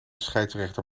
scheidsrechter